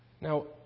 Now